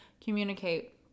communicate